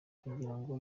kugirango